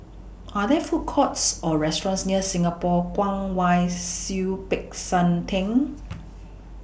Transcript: Are There Food Courts Or restaurants near Singapore Kwong Wai Siew Peck San Theng